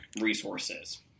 resources